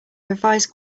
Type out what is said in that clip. revised